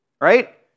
right